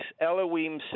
Elohim